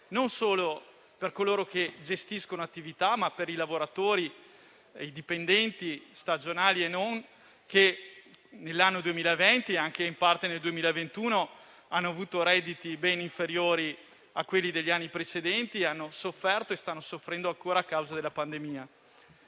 non solo per coloro che gestiscono attività, ma per i lavoratori e i dipendenti stagionali e non, che nell'anno 2020, e anche in parte nel 2021, hanno avuto redditi ben inferiori a quelli degli anni precedenti, hanno sofferto e stanno soffrendo ancora a causa della pandemia.